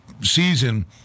season